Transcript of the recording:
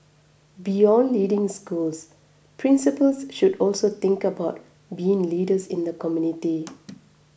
beyond leading schools principals should also think about being leaders in the community